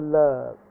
love